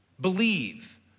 believe